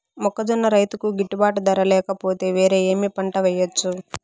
మొక్కజొన్న రైతుకు గిట్టుబాటు ధర లేక పోతే, వేరే ఏమి పంట వెయ్యొచ్చు?